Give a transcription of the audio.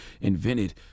invented